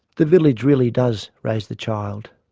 the village really does raise the child.